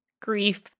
grief